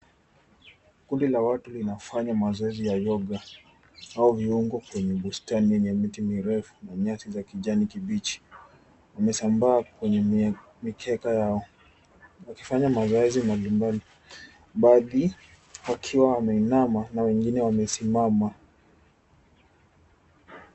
Kundi la watu linafanya mazoezi ya yoga au viungo kwenye bustani yenye miti mirefu na nyasi za kijani kibichi. Wamesambaa kwenye mikeka yao wakifanya mazoezi mbali mbali, baadhi wakiwa wameinama na wengine wamesimama.